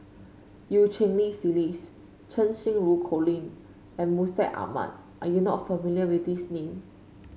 Eu Cheng Li Phyllis Cheng Xinru Colin and Mustaq Ahmad are you not familiar with these name